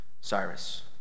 Cyrus